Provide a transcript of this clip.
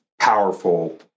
Powerful